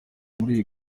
muri